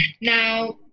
Now